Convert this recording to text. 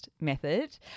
method